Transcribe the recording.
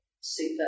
super